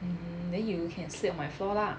mm then you can sleep on my floor lah